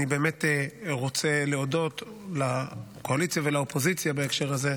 אני רוצה להודות לקואליציה ולאופוזיציה בהקשר הזה,